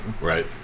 Right